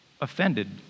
offended